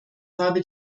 habe